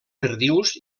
perdius